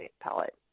palette